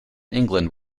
england